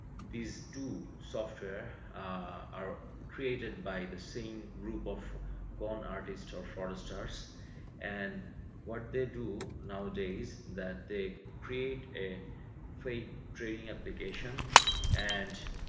these two software are created by the same group of corn artist or fraudsters and what they do nowadays that they create a fake tradingg application and